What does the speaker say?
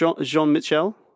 Jean-Michel